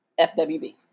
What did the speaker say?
FWB